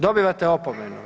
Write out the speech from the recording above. Dobivate opomenu.